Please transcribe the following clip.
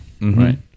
Right